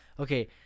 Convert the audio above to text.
Okay